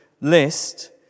list